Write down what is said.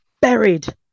buried